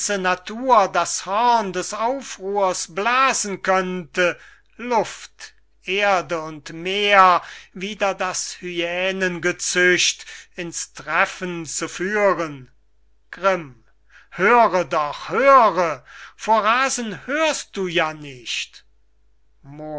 natur das horn des aufruhrs blasen könnte luft erde und meer wider das hyänen gezücht in's treffen zu führen grimm höre doch höre vor rasen hörst du ja nicht